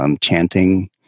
chanting